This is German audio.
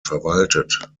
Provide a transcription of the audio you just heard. verwaltet